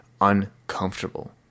uncomfortable